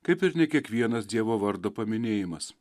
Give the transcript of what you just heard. kaip ir ne kiekvienas dievo vardo paminėjimas